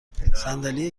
صندلی